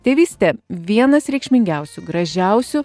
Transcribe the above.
tėvystė vienas reikšmingiausių gražiausių